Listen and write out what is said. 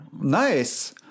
Nice